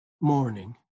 morning